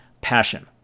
passion